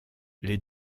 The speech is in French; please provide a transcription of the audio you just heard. les